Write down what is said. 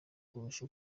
kurusha